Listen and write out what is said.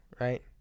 right